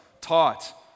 taught